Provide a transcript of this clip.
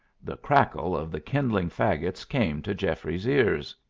the crackle of the kindling fagots came to geoffrey's ears.